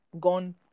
gone